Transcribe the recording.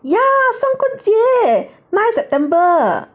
yeah 三过节 nine september